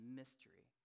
mystery